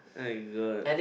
my god